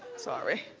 sorry.